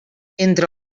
entre